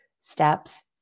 steps